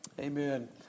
Amen